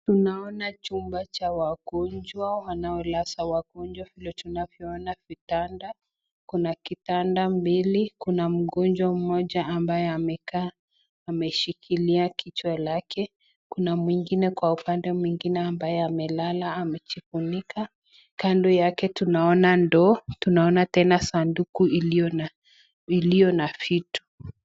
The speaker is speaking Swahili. Tunaona chumba cha wagonjwa wanaolaza wagonjwa vile tunavyoona vitanda. Kuna kitanda mbili, kuna mgonjwa mmoja ambaye amekaa ameshikilia kichwa lake. Kuna mwingine kwa upande mwingine ambaye amelala amejifunika. Kando yake tunaona ndoo, tunaona tena sanduku iliyo na vitu.